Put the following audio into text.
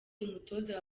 umutoza